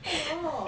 !aiyo!